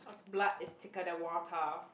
blood is thicker than water